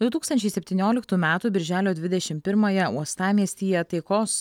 du tūkstančiai septynioliktų metų birželio dvidešim pirmąją uostamiestyje taikos